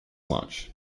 launch